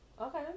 Okay